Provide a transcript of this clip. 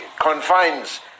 confines